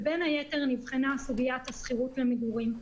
ובין היתר נבחנה סוגיית השכירות למגורים.